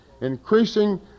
increasing